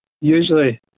Usually